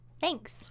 Thanks